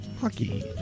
hockey